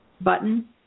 button